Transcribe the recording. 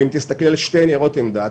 אם תסכלי על שתי ניירות העמדה,